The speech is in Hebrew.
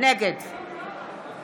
נגד